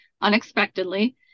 unexpectedly